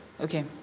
Okay